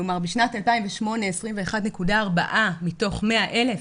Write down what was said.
כלומר בשנת 2008, 21.4 מתוך 100,000